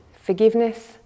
forgiveness